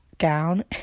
gown